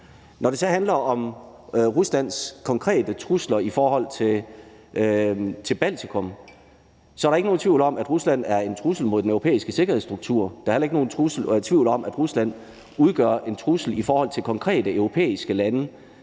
Når det så handler om Ruslands konkrete trusler i forhold til Baltikum, er der ikke nogen tvivl om, at Rusland er en trussel mod den europæiske sikkerhedsstruktur. Der er heller ikke nogen tvivl om, at Rusland udgør en trussel i forhold til konkrete europæiske lande.